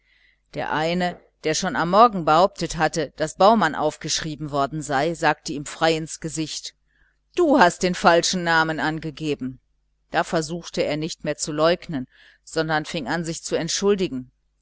der eine der schon am morgen behauptet hatte daß baumann aufgeschrieben worden sei sagte ihm frei ins gesicht du hast den falschen namen angegeben da versuchte er nimmer zu leugnen sondern fing an sich zu entschuldigen